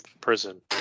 Prison